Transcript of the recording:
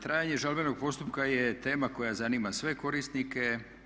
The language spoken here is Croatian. Trajanje žalbenog postupka je tema koja zanima sve korisnike.